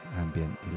ambient